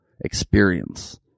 experience